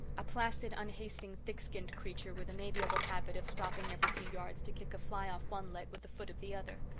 a placid, unhasting, thick-skinned creature with an amiable habit of stopping every few yards to kick a fly off one leg with the foot of the other.